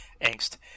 angst